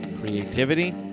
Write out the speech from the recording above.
creativity